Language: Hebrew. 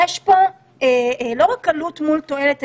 יש פה לא רק עלות מול תועלת,